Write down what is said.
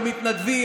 עם מתנדבים,